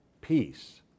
peace